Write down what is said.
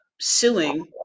suing